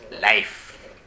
life